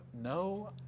No